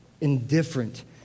indifferent